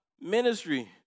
ministry